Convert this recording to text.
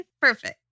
Perfect